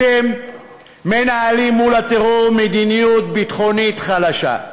אתם מנהלים מול הטרור מדיניות ביטחונית חלשה,